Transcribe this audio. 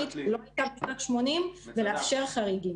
--- ולאפשר חריגים.